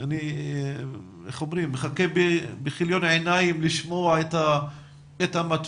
אני מחכה בכיליון עיניים לשמוע את המתווה,